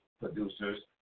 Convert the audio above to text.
producers